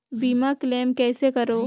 बीमा क्लेम कइसे करों?